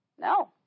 No